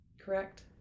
correct